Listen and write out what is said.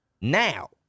now